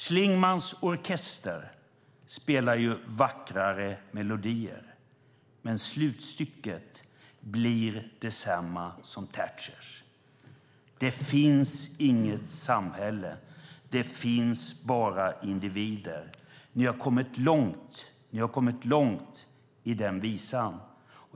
Schlingmanns orkester spelar vackrare melodier, men slutstycket blir detsamma som Thatchers: Det finns inget samhället, det finns bara individer. Ni har kommit långt i den visan.